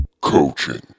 Coaching